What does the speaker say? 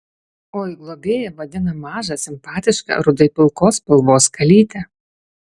oi globėja vadina mažą simpatišką rudai pilkos spalvos kalytę